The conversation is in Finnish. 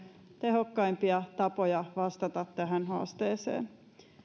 tehokkaimpia tapoja vastata tähän haasteeseen